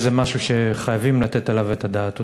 וזה משהו שחייבים לתת עליו את הדעת.